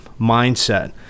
mindset